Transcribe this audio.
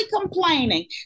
complaining